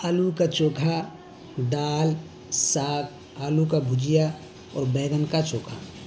آلو کا چوکھا دال ساگ آلو کا بھجیا اور بیگن کا چوکھا